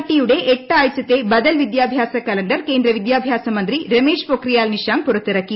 T യുടെ എട്ട് ആഴ്ചത്തെ ബ്ബദൽ വിദ്യാഭ്യാസ കലണ്ടർ കേന്ദ്ര വിദ്യാഭ്യാസ മന്ത്രി രമേശ് പൊഷ്രിയാൽ നിഷാങ്ക് പുറത്തിറക്കി